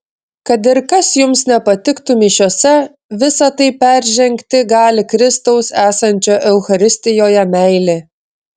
kad ir kas jums nepatiktų mišiose visa tai peržengti gali kristaus esančio eucharistijoje meilė